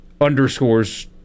underscores